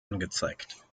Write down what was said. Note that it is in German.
angezeigt